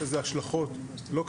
יש לזה השלכות לא קטנות,